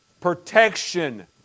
protection